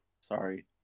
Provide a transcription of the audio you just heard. sorry